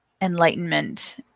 enlightenment